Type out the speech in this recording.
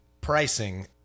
Pricing